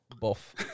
buff